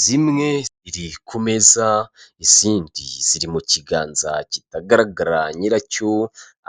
Zimwe ziri ku meza izindi ziri mu kiganza kitagaragara nyiracyo